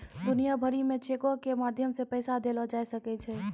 दुनिया भरि मे चेको के माध्यम से पैसा देलो जाय सकै छै